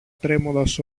τρέμοντας